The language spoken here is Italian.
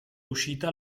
uscita